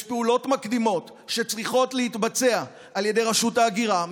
יש פעולות מקדימות שצריכות להתבצע על ידי רשות ההגירה,